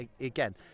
again